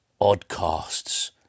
oddcasts